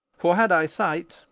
for, had i sight,